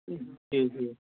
جی جی